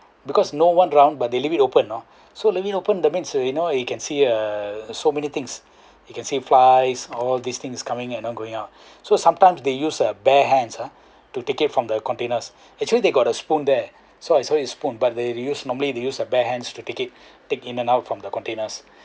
because no one round but they leave it open you know so let it open that's mean you know you can see err so many things you can see flies all these things is coming and then going out so sometimes they use their bare hands ah to take it from the containers actually they got a spoon there so I saw is spoon but they use normally they use their bare hands to take it take it out from the containers